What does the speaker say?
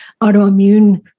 autoimmune